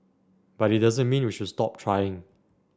but it doesn't mean we should stop trying